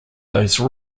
those